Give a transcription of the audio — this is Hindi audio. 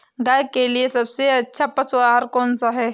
गाय के लिए सबसे अच्छा पशु आहार कौन सा है?